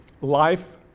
life